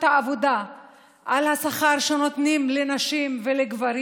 העבודה על השכר שנותנים לנשים ולגברים,